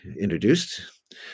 introduced